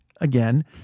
again